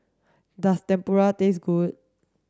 does Tempura taste good